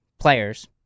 players